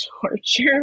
torture